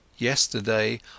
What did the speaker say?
Yesterday